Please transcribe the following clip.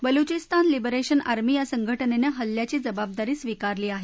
Balochistan liberation army या संघटनेनं हल्ल्याची जबाबदारी स्वीकारली आहे